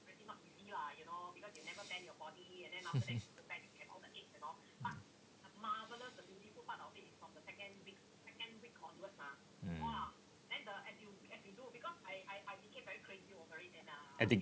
mm